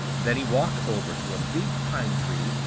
then he walked over to a big pine-tree,